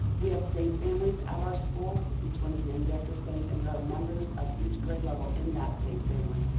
we have saint families at our school. each one is named after a saint. and there are members of each grade level in that saint family.